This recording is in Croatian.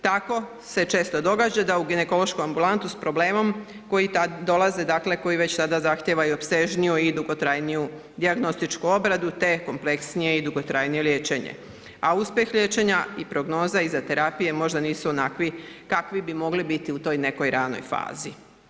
Tako se često događa da u ginekološku ambulantu s problemom koji dolaze dakle, koji već sada zahtjeva i opsežniju i dugotrajniju dijagnostičku obradu te kompleksnije i dugotrajnije liječenje, a uspjeh liječenja i prognoza iza terapije možda nisu onakvi kakvi bi mogli biti u toj nekoj ranoj fazi.